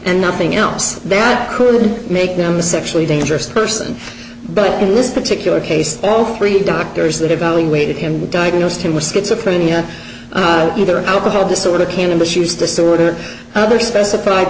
and nothing else that could make them a sexually dangerous person but in this particular case all three doctors that evaluated him diagnosed him with schizophrenia either alcohol disorder cannabis use disorder other specified